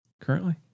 Currently